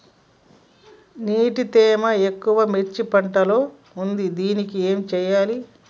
నీటి తేమ ఎక్కువ మిర్చి పంట లో ఉంది దీనికి ఏం చేయాలి?